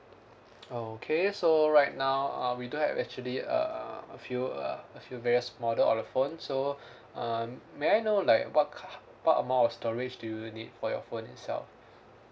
okay so right now uh we do have actually uh a few uh a few various model of the phone so um may I know like what ki~ what amount of storage do you need for your phone itself